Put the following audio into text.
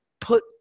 put